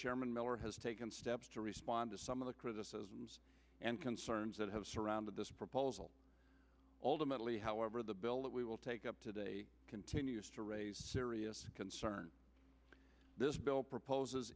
chairman miller has taken steps to respond to some of the criticisms and concerns that have surrounded this proposal ultimately however the bill that we will take up today continues to raise serious concern this bill proposes